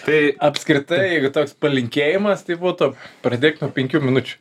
tai apskritai jeigu toks palinkėjimas tai būtų pradėk nuo penkių minučių